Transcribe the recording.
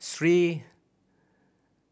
Sri